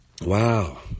Wow